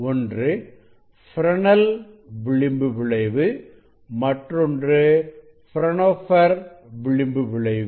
ஒன்று ஃப்ரெனெல் விளிம்பு விளைவு மற்றொன்று பிரான்ஹோபெர் விளிம்பு விளைவு